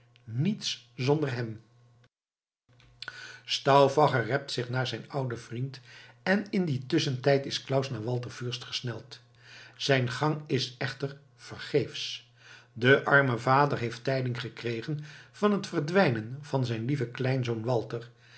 niets zonder hem stauffacher rept zich naar zijn ouden vriend en in dien tusschentijd is claus naar walter fürst gesneld zijn gang is echter vergeefsch de arme vader heeft tijding gekregen van het verdwijnen van zijn lieven kleinzoon walter